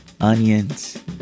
onions